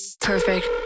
perfect